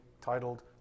titled